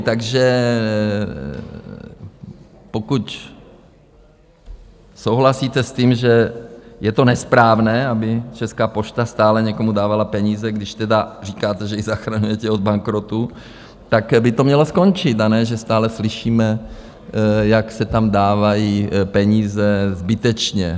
Takže pokud souhlasíte s tím, že je to nesprávné, aby Česká pošta stále někomu dávala peníze, když tedy říkáte, že ji zachraňujete od bankrotu, tak by to mělo skončit, a ne že stále slyšíme, jak se tam dávají peníze zbytečně.